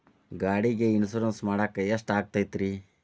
ಗಾಡಿಗೆ ಇನ್ಶೂರೆನ್ಸ್ ಮಾಡಸಾಕ ಎಷ್ಟಾಗತೈತ್ರಿ?